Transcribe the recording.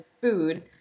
food